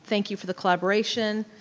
thank you for the collaboration,